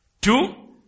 Two